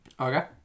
Okay